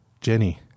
Jenny